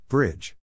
Bridge